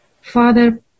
Father